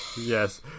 Yes